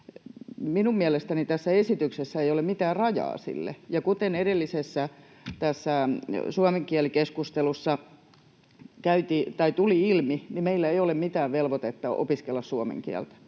Minun mielestäni tässä esityksessä ei ole mitään rajaa sille, ja kuten edellisessä, tässä suomen kieli ‑keskustelussa tuli ilmi, meillä ei ole mitään velvoitetta opiskella suomen kieltä.